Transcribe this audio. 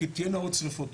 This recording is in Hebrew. שתהיינה עוד שריפות.